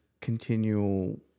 continual